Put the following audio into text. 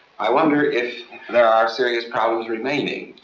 i wonder if there are serious problems remaining?